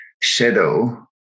shadow